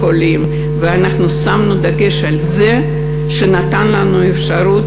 ואנחנו שמנו דגש על זה שתינתן לנו אפשרות